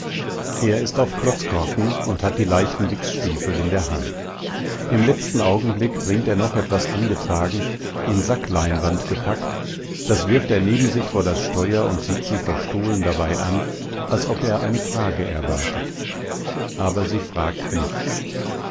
er ist auf klotzkorken und hat die leichten wichsstiefel in der hand im letzten augenblick bringt er noch etwas angetragen in sackleinwand gepackt das wirft er neben sich vor das steuer und sieht sie verstohlen dabei an als ob er eine frage erwartet aber sie fragt nichts